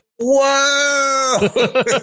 Whoa